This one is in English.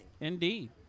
Indeed